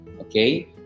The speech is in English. okay